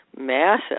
massive